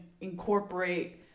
incorporate